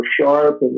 sharp